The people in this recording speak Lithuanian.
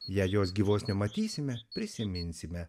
jei jos gyvos nematysime prisiminsime